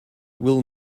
will